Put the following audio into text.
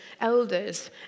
elders